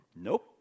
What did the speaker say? Nope